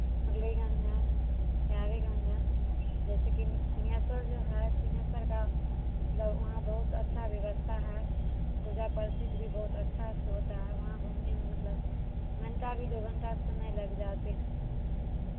मुरलीगंज है बिहारीगंज है जैसेकि सिंहेश्वर जो है सिंहेश्वर का मतलब वहाँ बहुत अच्छा व्यवस्था है पूजा प्रसिद्ध भी बहुत अच्छा से होता है वहाँ घूमने में मतलब घंटा दो घंटा समय लग जाते हैं